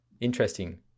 Interesting